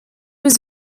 was